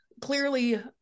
Clearly